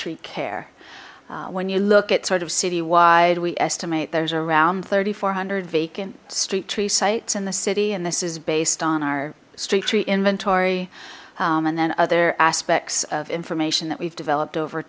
tree care when you look at sort of citywide we estimate there's around thirty four hundred vacant street tree sites in the city and this is based on our street tree inventory and then other aspects of information that we've developed over